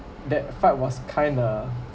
that fight was kinda